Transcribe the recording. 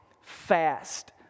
Fast